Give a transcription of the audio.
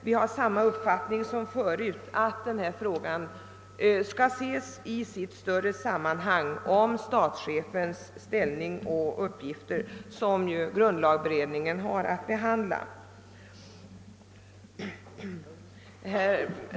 Vi har samma uppfattning som tidigare, nämligen att spörsmålet skall ses i sitt större sammanhang som omfattar statschefens ställning och uppgifter, vilket ju grundlagberedningen har att behandla.